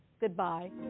goodbye